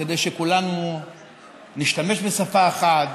כדי שכולנו נשתמש בשפה אחת,